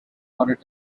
water